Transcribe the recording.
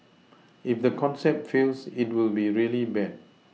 if the concept fails it will be really bad